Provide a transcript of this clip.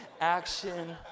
action